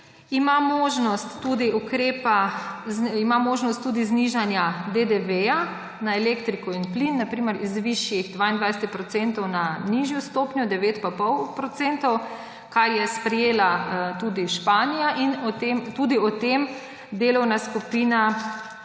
ima možnost tudi znižanja DDV na elektriko in plin, na primer z višjih 22 % na nižjo stopnjo 9,5 %, kar je sprejela tudi Španija. In tudi o tem delovna skupina